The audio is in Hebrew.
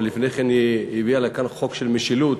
ולפני כן היא הביאה לכאן חוק של משילות,